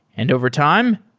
and overtime,